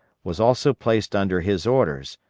was also placed under his orders,